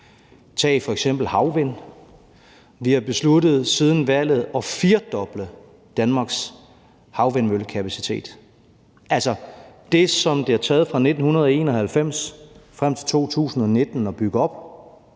Tag f.eks. havvindmøller: Vi har besluttet siden valget at firedoble Danmarks havvindmøllekapacitet. Altså det, som det har taget fra 1991 til 2019 at bygge op,